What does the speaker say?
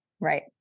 Right